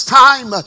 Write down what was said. time